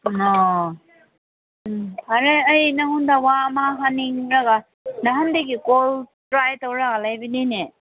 ꯑꯣ ꯎꯝ ꯐꯔꯦ ꯑꯩ ꯅꯉꯣꯟꯗ ꯋꯥ ꯑꯃ ꯍꯥꯏꯅꯤꯡꯂꯒ ꯅꯍꯥꯟꯗꯒꯤ ꯀꯣꯜ ꯇ꯭ꯔꯥꯏ ꯇꯧꯔꯒ ꯂꯩꯕꯅꯤꯅꯦ